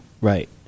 Right